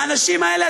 האנשים האלה,